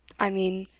i mean,